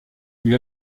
lui